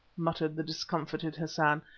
muttered the discomfited hassan,